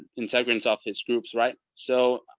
integrins off his groups. right. so,